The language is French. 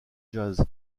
jazz